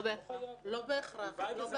לא בהכרח.